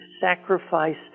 sacrifice